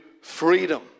Freedom